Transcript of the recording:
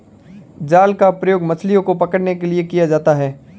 जाल का प्रयोग मछलियो को पकड़ने के लिये किया जाता है